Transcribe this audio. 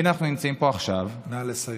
והינה, אנחנו נמצאים פה עכשיו, נא לסיים.